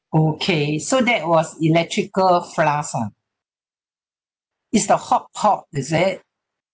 okay so that was electrical flask ah is the hotpot is it